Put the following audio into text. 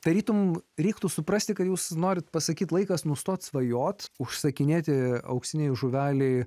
tarytum reiktų suprasti kad jūs norite pasakyti laikas nustoti svajoti užsakinėti auksinei žuvelei